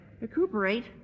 Recuperate